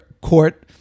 Court